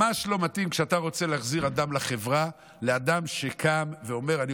ממש לא מתאים שאתה רוצה להחזיר לחברה לאדם שקם ואומר: אני